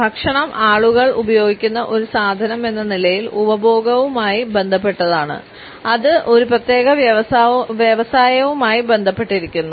ഭക്ഷണം ആളുകൾ ഉപയോഗിക്കുന്ന ഒരു സാധനം എന്ന നിലയിൽ ഉപഭോഗവുമായി ബന്ധപ്പെട്ടതാണ് അത് ഒരു പ്രത്യേക വ്യവസായവുമായി ബന്ധപ്പെട്ടിരിക്കുന്നു